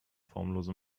formlose